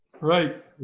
Right